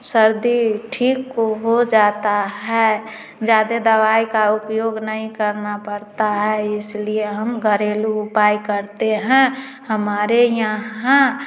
सर्दी ठीक को हो जाता है ज्यादा दवाई का उपयोग नहीं करना पड़ता है इसलिए हम घरेलू उपाय करते हैं हमारे यहाँ